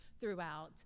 throughout